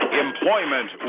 Employment